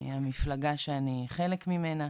המפלגה שאני חלק ממנה.